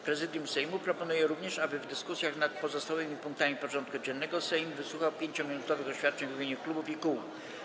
Prezydium Sejmu proponuje również, aby w dyskusjach nad pozostałymi punktami porządku dziennego Sejm wysłuchał 5-minutowych oświadczeń w imieniu klubów i kół.